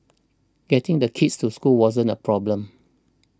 getting the kids to school wasn't a problem